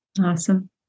Awesome